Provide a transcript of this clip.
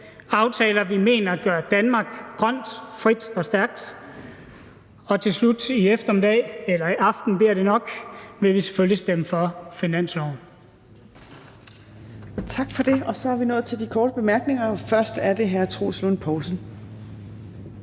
aftaler, vi mener gør Danmark grønt, frit og stærkt. Og til slut i eftermiddag – eller i aften bliver det nok – vil vi selvfølgelig stemme for finansloven.